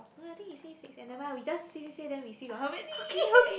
no I think he say six eh never mind we just say say say then we see got how many